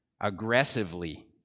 aggressively